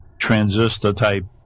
transistor-type